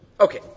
Okay